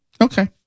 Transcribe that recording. Okay